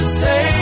say